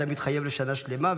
אדם מתחייב לשנה שלמה,